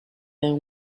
and